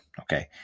Okay